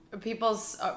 people's